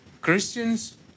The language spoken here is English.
Christians